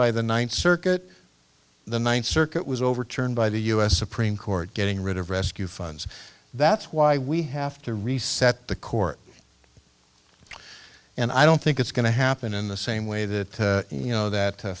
by the ninth circuit the ninth circuit was overturned by the u s supreme court getting rid of rescue funds that's why we have to reset the court and i don't think it's going to happen in the same way that you know that